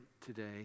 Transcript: today